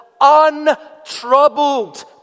untroubled